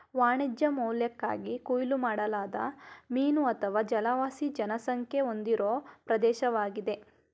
ವಾಣಿಜ್ಯ ಮೌಲ್ಯಕ್ಕಾಗಿ ಕೊಯ್ಲು ಮಾಡಲಾದ ಮೀನು ಅಥವಾ ಜಲವಾಸಿ ಜನಸಂಖ್ಯೆ ಹೊಂದಿರೋ ಪ್ರದೇಶ್ವಾಗಿದೆ